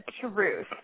truth